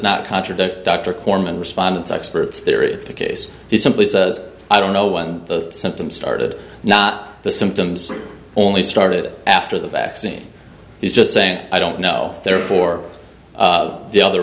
not contradict dr corman respondents experts there is the case he simply says i don't know when the symptoms started not the symptoms only started after the vaccine is just saying i don't know therefore the other